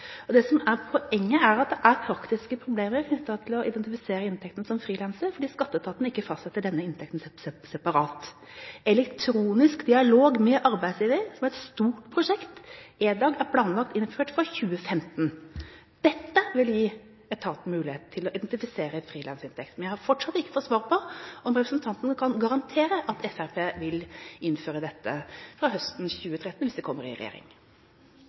Det som er poenget, er at det er praktiske problemer knyttet til å identifisere inntekten som frilanser fordi skatteetaten ikke fastsetter denne inntekten separat. Elektronisk dialog med arbeidsgiver, EDAG, som er et stort prosjekt, er planlagt innført fra 2015. Dette vil gi etaten mulighet til å identifisere frilansinntekt. Men jeg har fortsatt ikke fått svar på om representanten kan garantere at Fremskrittspartiet vil innføre dette fra høsten 2013 hvis de kommer i regjering.